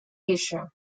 asia